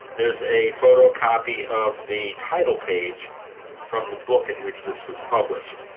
there's a photocopy of the title page from the book in which this was published.